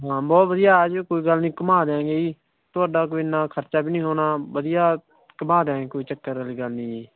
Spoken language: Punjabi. ਹਾਂ ਬਹੁਤ ਵਧੀਆ ਆ ਜਿਓ ਕੋਈ ਗੱਲ ਨਹੀਂ ਘੁੰਮਾ ਦਿਆਂਗੇ ਜੀ ਤੁਹਾਡਾ ਕੋਈ ਐਨਾ ਖਰਚਾ ਵੀ ਨਹੀਂ ਹੋਣਾ ਵਧੀਆ ਘੁੰਮਾ ਦਿਆਂਗੇ ਕੋਈ ਚੱਕਰ ਵਾਲੀ ਗੱਲ ਨਹੀਂ ਜੀ